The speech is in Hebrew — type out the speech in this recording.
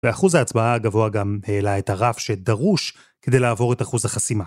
ואחוז ההצבעה הגבוה גם העלה את הרף שדרוש כדי לעבור את אחוז החסימה.